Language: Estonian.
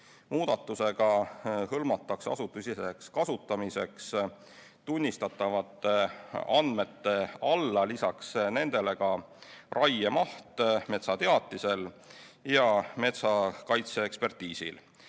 Muudatusega hõlmatakse asutusesiseseks kasutamiseks tunnistatavate andmete alla lisaks nendele raiemaht metsateatisel ja metsakaitseekspertiisil,